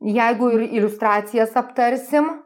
jeigu ir iliustracijas aptarsim